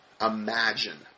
imagine